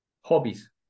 hobbies